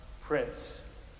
Prince